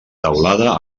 teulada